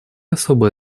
особое